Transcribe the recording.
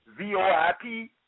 VOIP